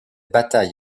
bataille